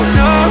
no